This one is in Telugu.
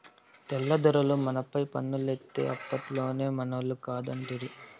తెల్ల దొరలు మనపైన పన్నులేత్తే అప్పట్లోనే మనోళ్లు కాదంటిరి